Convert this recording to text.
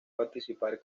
participar